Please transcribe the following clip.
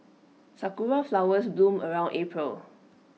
Sakura Flowers bloom around April